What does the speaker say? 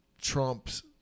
Trump's